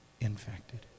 infected